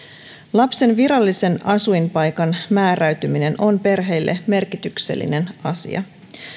lapsen virallisen asuinpaikan määräytyminen on perheille merkityksellinen asia